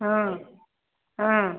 हँ हँ